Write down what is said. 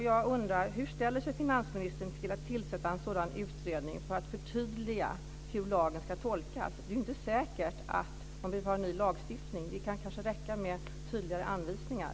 Jag undrar hur finansministern ställer sig till att tillsätta en sådan utredning för att förtydliga hur lagens ska tolkas. Det är inte säkert att man vill ha en ny lagstiftning. Det kan kanske räcka med tydligare anvisningar.